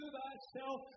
thyself